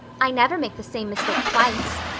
i never make the same mistake twice.